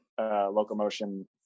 Locomotion